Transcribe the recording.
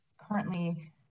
currently